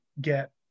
get